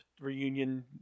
reunion